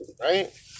right